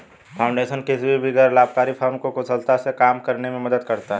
foundation किसी भी गैर लाभकारी फर्म को कुशलता से काम करने में मदद करता हैं